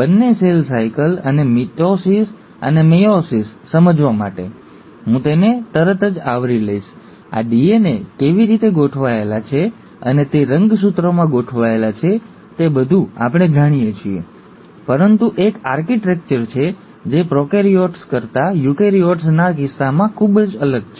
બંને cell cycle અને mitosis અને મેયોસિસને સમજવા માટે તેથી હું તેને તરત જ આવરી લઈશ આ ડીએનએ કેવી રીતે ગોઠવાયેલા છે અને તે રંગસૂત્રોમાં ગોઠવાયેલા છે તે બધું જ આપણે જાણીએ છીએ પરંતુ એક આર્કિટેક્ચર છે જે પ્રોકેરિઓટ્સ કરતા યુકેરીયોટ્સના કિસ્સામાં ખૂબ જ અલગ છે